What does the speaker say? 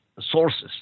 sources